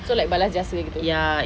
so like balas jasa gitu